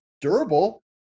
durable